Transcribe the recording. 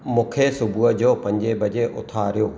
मूंखे सुबुह जो पंज बजे उथारियो